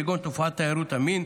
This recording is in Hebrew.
כגון תופעת תיירות המין.